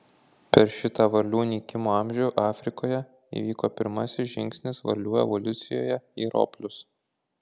per šitą varlių nykimo amžių afrikoje įvyko pirmasis žingsnis varlių evoliucijoje į roplius